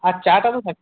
আর চাটা তো থাকবে